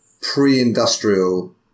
pre-industrial